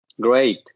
Great